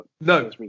No